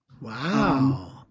Wow